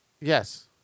Yes